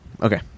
Okay